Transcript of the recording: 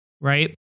right